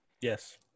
yes